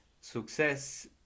success